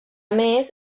més